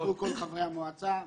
אושרו כל חברי המועצה.